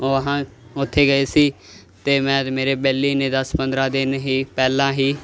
ਵਹਾਂ ਉੱਥੇ ਗਏ ਸੀ ਅਤੇ ਮੈਂ ਅਤੇ ਮੇਰੇ ਬੈਲੀ ਨੇ ਦਸ ਪੰਦਰਾਂ ਦਿਨ ਹੀ ਪਹਿਲਾਂ ਹੀ